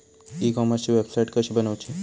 E कॉमर्सची website कशी बनवची?